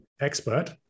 expert